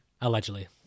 Allegedly